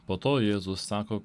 po to jėzus sako